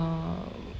um